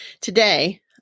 Today